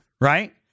right